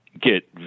get